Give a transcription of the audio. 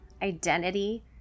identity